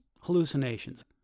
hallucinations